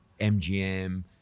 MGM